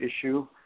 issue